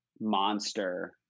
monster